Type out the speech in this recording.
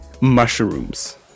Mushrooms